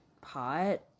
pot